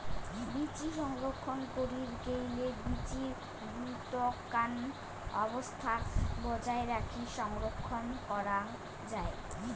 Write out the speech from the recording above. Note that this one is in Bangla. বীচি সংরক্ষণ করির গেইলে বীচি ভুতকান অবস্থাক বজায় রাখি সংরক্ষণ করাং যাই